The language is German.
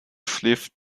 schläft